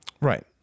right